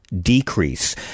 decrease